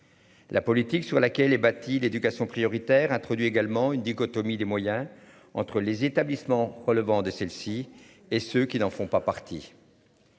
La politique sur laquelle est bâti l'éducation prioritaire introduit également une dichotomie des moyens entre les établissements relevant de celle-ci et ceux qui n'en font pas partie.